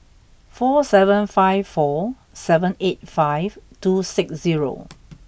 four seven five four seven eight five two six zero